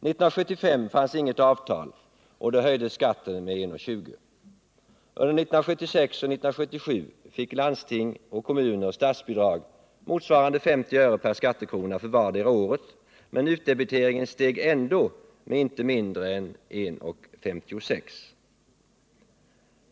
År 1975 fanns inget avtal, och då höjdes skatten med inte mindre än 1:56.